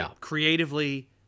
creatively